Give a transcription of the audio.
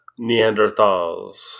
Neanderthals